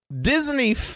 Disney